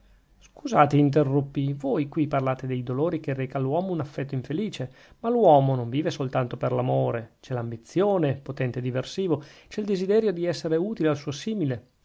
scusate interruppi voi qui parlate dei dolori che reca all'uomo un affetto infelice ma l'uomo non vive soltanto per l'amore c'è l'ambizione potente diversivo c'è il desiderio di esser utile al suo simile